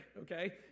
okay